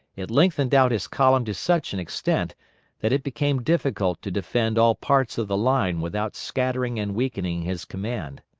it lengthened out his column to such an extent that it became difficult to defend all parts of the line without scattering and weakening his command.